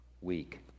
week